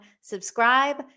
Subscribe